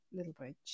Littlebridge